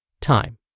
Time